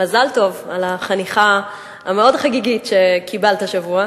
מזל טוב על החנוכה המאוד חגיגית שקיבלת השבוע.